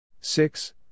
six